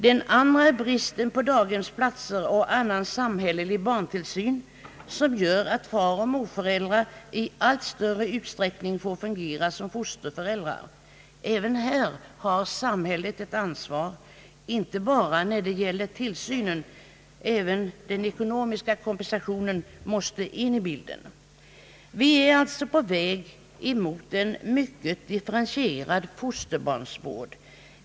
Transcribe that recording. Den andra är bristen på daghemsplatser och annan samhällelig barntillsyn, som gör att faroch morföräldrar i allt större utsträckning får fungera som fosterföräldrar. även här har samhället ett ansvar — inte bara när det gäller tillsynen. Också den ekonomiska kompensationen måste in i bilden. Vi är alltså på väg mot en mycket differentierad fosterbarnsvård.